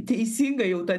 teisinga jau tą